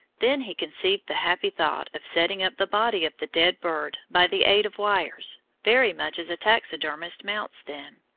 then he conceived the happy thought of setting up the body of the dead bird by the aid of wires, very much as a taxidermist mounts them.